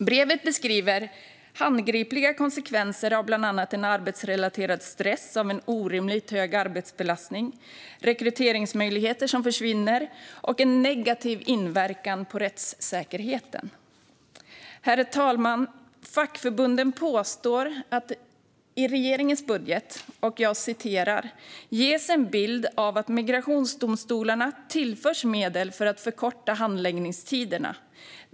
Brevet beskriver handgripliga konsekvenser av bland annat en arbetsrelaterad stress på grund av orimligt hög arbetsbelastning, rekryteringsmöjligheter som försvinner och en negativ inverkan på rättssäkerheten. Herr talman! Fackförbunden skriver följande: I regeringens budget ges en bild av att Migrationsdomstolarna tillförs medel för att förkorta handläggningstiderna.